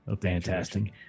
fantastic